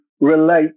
relate